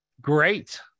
great